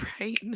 right